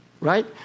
Right